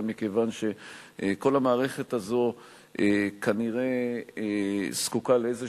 אלא מכיוון שכל המערכת הזאת כנראה זקוקה לאיזה